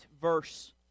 verse